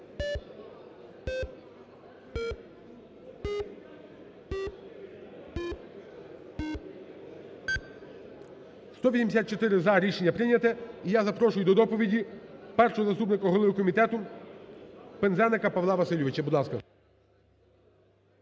За-184 Рішення прийнято. І я запрошую до доповіді першого заступника голови комітету Пинзеника Павла Васильовича.